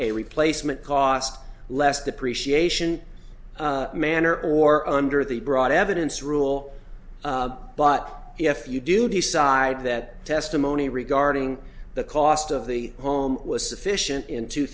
a replacement cost less depreciation manor or under the broad evidence rule but if you do decide that testimony regarding the cost of the home was sufficient in two